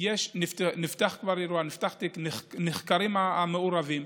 נפתח כבר אירוע, נפתח תיק, נחקרים המעורבים.